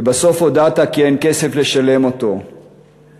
ובסוף הודעת כי אין כסף לשלם אותו ובפועל